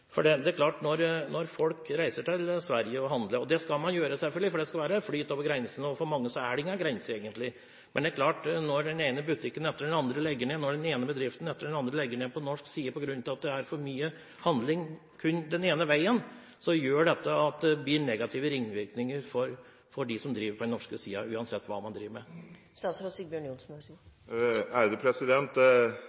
Det er klart at når folk reiser til Sverige og handler – og det skal man selvfølgelig gjøre, for det skal være flyt over grensene, og for mange er det ingen grenser egentlig – og den ene butikken etter den andre og den ene bedriften etter den andre på norsk side legger ned på grunn av at det er for mye handling kun den ene veien, gjør dette at det blir negative ringvirkninger for dem som driver på den norske siden, uansett hva man driver med.